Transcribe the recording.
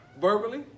verbally